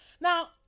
Now